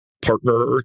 partner